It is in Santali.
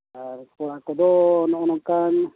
ᱟᱨ ᱠᱚᱲᱟ ᱠᱚᱫᱚ ᱱᱚᱜᱼᱚ ᱱᱚᱝᱠᱟᱱ